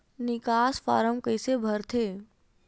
निकास फारम कइसे भरथे?